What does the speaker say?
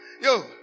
Yo